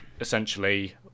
essentially